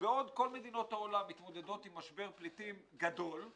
ובעוד כל מדינות העולם מתמודדות עם משבר פליטים גדול,